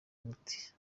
umuti